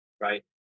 right